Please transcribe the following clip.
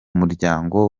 muryango